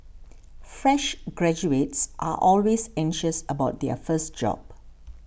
fresh graduates are always anxious about their first job